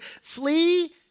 flee